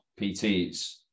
PTs